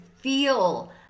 feel